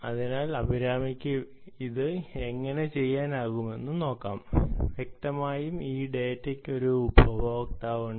അതിനാൽ അഭിരാമിക്ക് അത് എങ്ങനെ ചെയ്യാനാകുമെന്ന് നോക്കാം വ്യക്തമായും ഈ ഡാറ്റയ്ക്ക് ഒരു ഉപഭോക്താവുണ്ട്